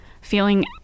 feeling